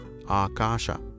akasha